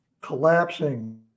collapsing